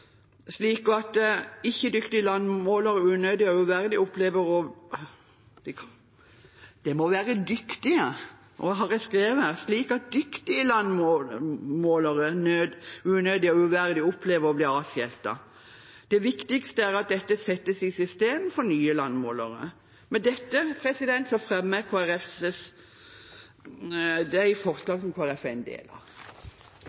slik at ikke dyktige landmålere unødig og uverdig opplever å bli avskiltet. Det viktigste er at dette settes i system for nye landmålere.